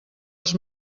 els